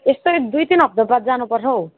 यस्तै दुई तिन हफ्ताबाद जानुपर्छ हौ